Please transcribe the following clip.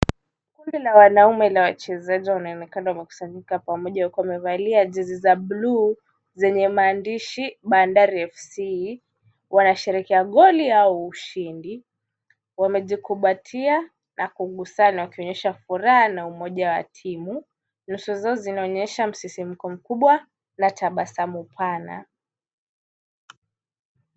Kundi la wanaume la wachezaji wanaonekana wamekusanyika pamoja wakiwa wamevalia jezi za bluu zenye maandishi Bandari FC wanasherehekea goli au ushindi. Wamejikumbatia na kugusana wakionyesha furaha na umoja wa timu. Nyuso zao zinaonyesha msisimko mkubwa la tabasamu pana.